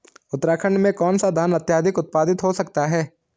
उत्तराखंड में कौन सा धान अत्याधिक उत्पादित हो सकता है?